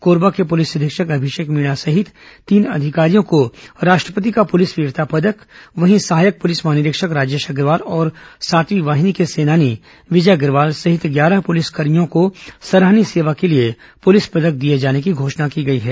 कोरबा के पुलिस अधीक्षक अभिषेक मीणा सहित तीन अधिकारियों को राष्ट्रपति का पुलिस वीरता पदक वहीं सहायक पुलिस महानिरीक्षक राजेश अग्रवाल और सातवीं वाहिनी के सेनानी विजय ेअग्रवाल सहित ग्यारह पुलिसकर्भियों को सराहनीय सेवा के लिए पुलिस पदक दिए जाने की घोषणा की गई है